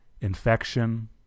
infection